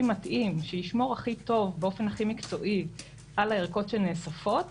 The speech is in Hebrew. מתאים שישמור הכי טוב באופן הכי מקצועי על הערכות שנאספות